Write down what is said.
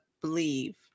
believe